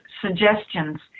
suggestions